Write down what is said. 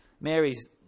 Mary's